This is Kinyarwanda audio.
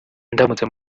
ndamutse